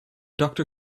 doctor